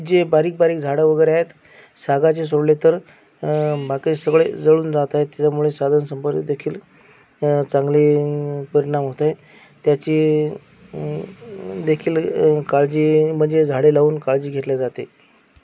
जे बारीक बारीक झाडं वगैरे आहेत सागाचे सोडले तर बाकी सगळे जळून जातायत त्याच्यामुळे साधनसंपत्तीदेखील चांगले परिणाम होत आहेत त्याची देखील काळजी म्हणजे झाडे लावून काळजी घेतल्या जाते